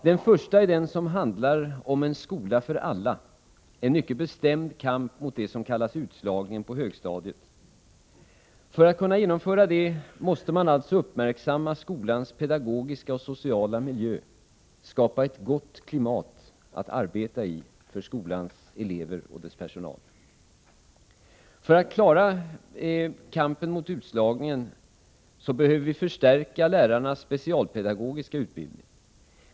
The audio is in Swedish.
Den första är den som handlar om en skola för alla, en mycket bestämd kamp mot det som kallas utslagning på högstadiet. För att kunna genomföra denna kamp, måste man uppmärksamma skolans pedagogiska och sociala miljö samt skapa ett gott klimat att arbeta i för skolans elever och personal. För att klara kampen mot utslagning behöver vi förstärka lärarnas specialpedagogiska utbildning.